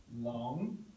long